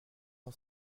mon